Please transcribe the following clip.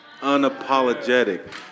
unapologetic